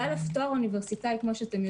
זה קודם כל תואר אוניברסיטאי שהוא לפעמים